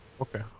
Okay